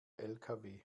lkw